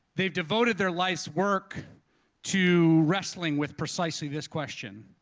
they've devoted their life's work to wrestling with precisely this question,